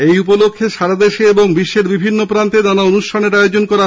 এই উপলক্ষে সারাদেশে এবং বিশ্বের বিভিন্ন প্রান্তে নানা অনুষ্ঠানের আয়োজন করা হয়